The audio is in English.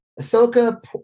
ahsoka